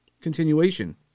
continuation